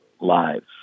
lives